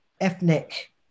ethnic